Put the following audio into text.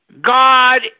God